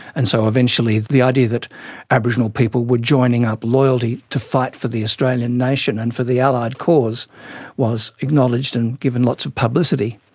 and so eventually the idea that aboriginal people were joining up loyally to fight for the australian nation and for the allied cause was acknowledged and given lots of publicity.